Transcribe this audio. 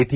T